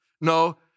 No